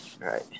right